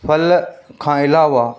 फ़ल खां अलावा